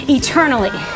eternally